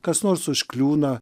kas nors užkliūna